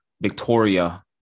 Victoria